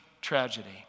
tragedy